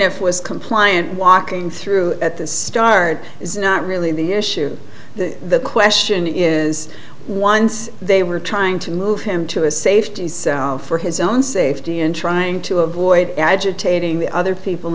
ff was compliant walking through at the start is not really the issue the question is once they were trying to move him to a safety for his own safety in trying to avoid agitating the other people